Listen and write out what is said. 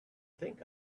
think